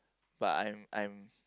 but I am I am